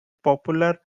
popular